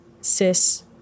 cis